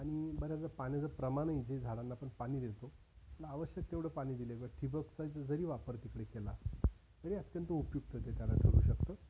आणि बऱ्याचदा पाण्याचं प्रमाणही जे झाडांना आपण पाणी देतो त्याला आवश्यक तेवढं पाणी दिले व ठिबक संच जरी वापर तिकडे केला तरी अत्यंत उपयुक्त ते त्याला ठरु शकतं